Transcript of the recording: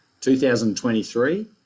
2023